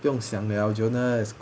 不用想了 jonas